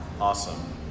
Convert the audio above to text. Awesome